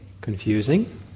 Confusing